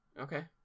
Okay